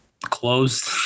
closed